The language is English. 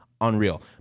unreal